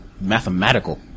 mathematical